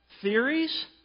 theories